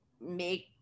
make